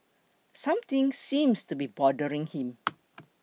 something seems to be bothering him